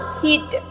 heat